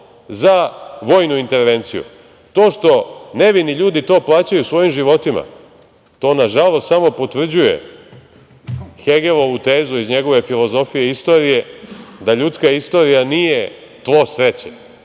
za vojnu intervenciju. To što nevini ljudi to plaćaju svojim životima, to nažalost samo potvrđuje Hegelovu tezu iz njegove „Filozofije istorije“ da ljudska istorija nije tlo sreće,